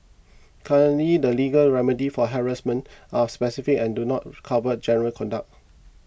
currently the legal remedies for harassment are specific and do not cover general conduct